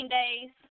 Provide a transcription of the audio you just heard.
days